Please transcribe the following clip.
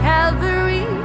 Calvary